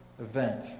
event